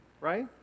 right